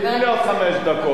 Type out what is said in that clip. תיתני לי עוד חמש דקות,